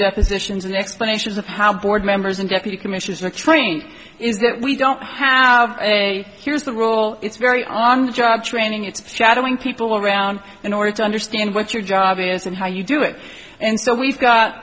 depositions and explanations of how board members and deputy commissioner training is that we don't have a here's the role it's very on the job training it's shadowing people around in order to understand what your job is and how you do it and so we've got